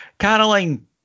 Caroline